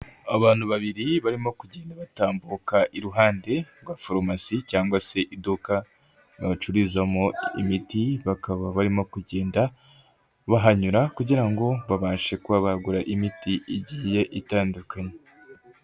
Abantu babiri barimo kugenda batambuka iruhande rwa farumasi cyangwa se iduka bacururizamo imiti, bakaba barimo kugenda bahanyura kugira ngo babashe kuba bagura imiti igiye itandukanye.